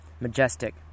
Majestic